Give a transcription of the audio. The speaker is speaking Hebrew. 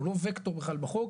הוא לא פקטור בכלל בחוק,